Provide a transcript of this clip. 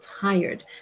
tired